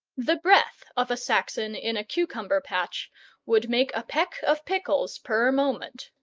the breath of a saxon in a cucumber-patch would make a peck of pickles per moment.